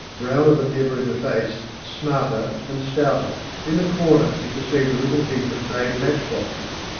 browner than ever in the face, smarter and stouter. in a corner he perceived a little heap of made match-boxes,